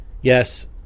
Yes